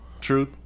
Truth